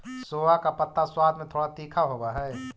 सोआ का पत्ता स्वाद में थोड़ा तीखा होवअ हई